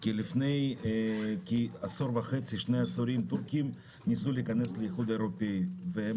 כי לפי עשור וחצי או שני עשורים טורקים ניסו להיכנס לאיחוד האירופי והם